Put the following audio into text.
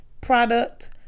product